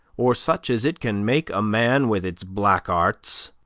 or such as it can make a man with its black arts